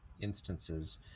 instances